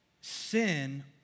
Sin